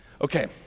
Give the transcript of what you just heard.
Okay